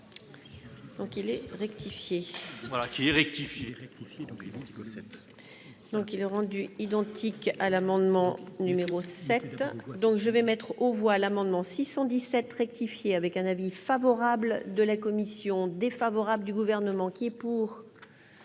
rectifie rectifier vivant qui possède. Donc il est rendu identique à l'amendement numéro 7 donc je vais mettre aux voix l'amendement 617 rectifié avec un avis favorable de la commission défavorable du gouvernement qui est pour,